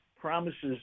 promises